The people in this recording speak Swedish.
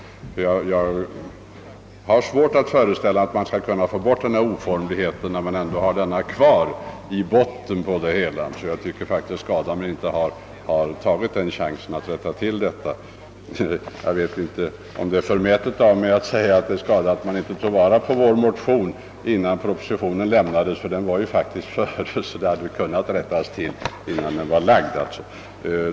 Jag har svårt att föreställa mig att man skall kunna få bort denna oformlighet, när den ändå ligger kvar i botten på det hela. Jag vet inte om det är förmätet av mig att säga att det är skada att man inte tog vara på vår motion innan propositionen lämnades. Motionen tillkom faktiskt tidigare, varför propositionen skulle ha kunnat rättas till innan den blev lagd.